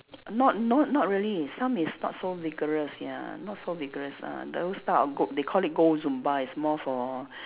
not not not really some is not so vigorous ya not so vigorous ah those type of go~ they called it gold zumba is more for